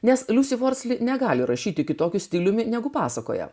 nes liusė vorsli negali rašyti kitokiu stiliumi negu pasakoja